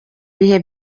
bihe